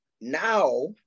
now